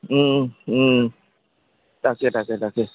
তাকে তাকে তাকে